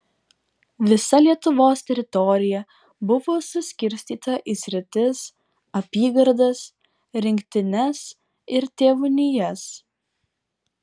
visa lietuvos teritorija buvo suskirstyta į sritis apygardas rinktines ir tėvūnijas